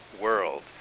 world